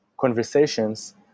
conversations